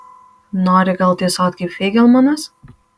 nori gal tysot kaip feigelmanas